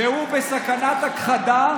והוא בסכנת הכחדה,